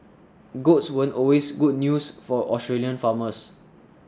goats weren't always good news for Australian farmers